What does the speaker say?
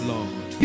Lord